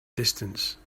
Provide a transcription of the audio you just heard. distance